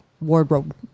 Wardrobe